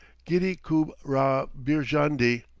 gitti koob rah beerjandi,